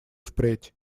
впредь